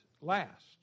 last